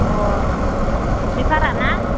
अ फुख्रिपाराना